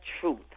truth